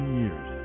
years